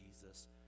Jesus